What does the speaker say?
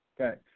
okay